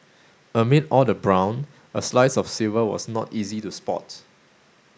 amid all the brown a slice of silver was not easy to spot